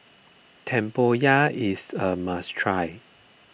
Tempoyak is a must try